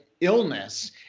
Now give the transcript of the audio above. illness